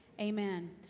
amen